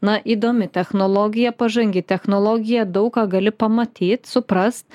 na įdomi technologija pažangi technologija daug ką gali pamatyt supras